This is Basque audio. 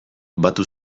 batu